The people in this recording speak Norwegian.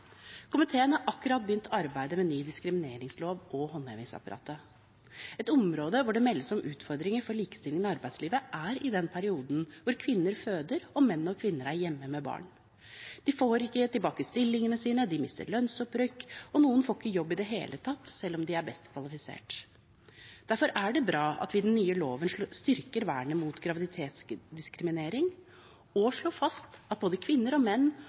Komiteen har akkurat begynt arbeidet med ny diskrimineringslov og håndhevingsapparatet. Et område hvor det meldes om utfordringer for likestillingen i arbeidslivet, er den perioden hvor kvinner føder, og menn og kvinner er hjemme med barn. De får ikke tilbake stillingene sine, de mister lønnsopprykk, og noen får ikke jobb i det hele tatt, selv om de er best kvalifisert. Derfor er det bra at vi i den nye loven styrker vernet mot graviditetsdiskriminering og slår fast at både kvinner og menn